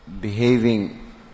behaving